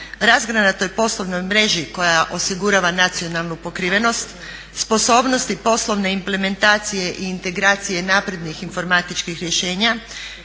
razgranatoj poslovnoj mreži koja osigurava nacionalnu pokrivenost, sposobnosti poslovne implementacije i integracije naprednih informatičkih rješenja,